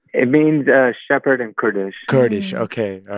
it means shepherd in kurdish kurdish. ok. ah